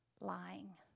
lying